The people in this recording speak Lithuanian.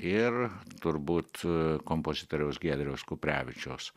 ir turbūt kompozitoriaus giedriaus kuprevičiaus